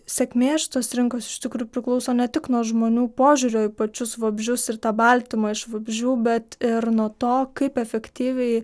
sėkmė šitos rinkos iš tikrųjų priklauso ne tik nuo žmonių požiūrio į pačius vabzdžius ir tą baltymą iš vabzdžių bet ir nuo to kaip efektyviai